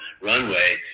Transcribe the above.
runway